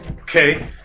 Okay